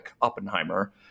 Oppenheimer